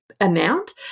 amount